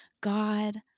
God